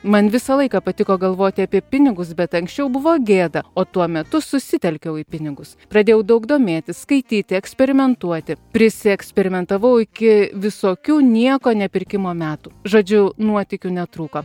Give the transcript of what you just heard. man visą laiką patiko galvoti apie pinigus bet anksčiau buvo gėda o tuo metu susitelkiau į pinigus pradėjau daug domėtis skaityti eksperimentuoti prisieksperimentavau iki visokių nieko nepirkimo metų žodžiu nuotykių netrūko